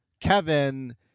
kevin